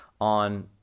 on